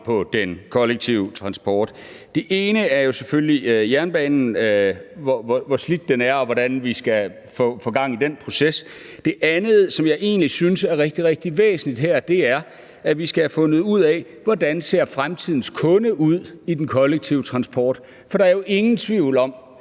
på den kollektive transport. Det ene handler jo selvfølgelig om jernbanen og om, hvor slidt den er, og det om, hvordan vi skal få gang i den proces. Det andet, som jeg egentlig synes er rigtig, rigtig væsentligt her, er, at vi skal have fundet ud af, hvordan fremtidens kunde i den kollektive trafik ser ud, for der er jo ingen tvivl om,